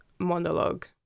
monologue